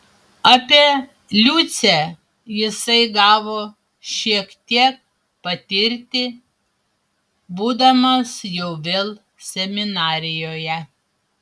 apie liucę jisai gavo šiek tiek patirti būdamas jau vėl seminarijoje